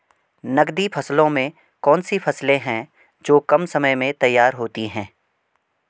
नकदी फसलों में कौन सी फसलें है जो कम समय में तैयार होती हैं?